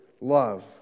love